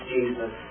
Jesus